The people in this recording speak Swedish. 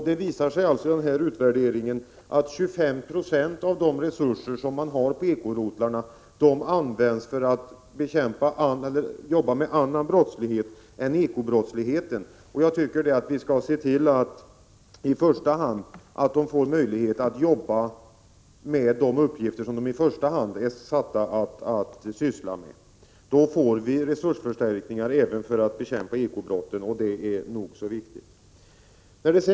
Det har vid utvärderingen visat sig att 25 90 av de resurser som ekorotlarna har använts för arbete med annan brottslighet än ekobrottsligheten. Jag tycker att vi skall se till att ekorotlarna i första hand får möjlighet att jobba med de uppgifter som de i första hand är satta att sköta. Då får vi resursförstärkningar även för bekämpning av ekobrotten, och det är viktigt att så sker.